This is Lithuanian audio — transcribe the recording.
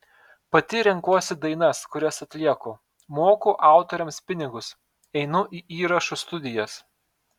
pati renkuosi dainas kurias atlieku moku autoriams pinigus einu į įrašų studijas